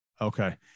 Okay